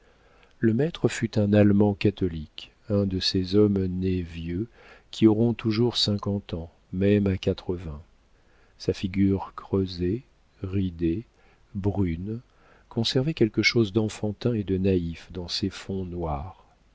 le maître fut un allemand catholique un de ces hommes nés vieux qui auront toujours cinquante ans même à quatre-vingts sa figure creusée ridée brune conservait quelque chose d'enfantin et de naïf dans ses fonds noirs